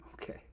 okay